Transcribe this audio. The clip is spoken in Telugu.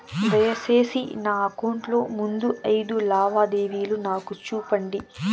దయసేసి నా అకౌంట్ లో ముందు అయిదు లావాదేవీలు నాకు చూపండి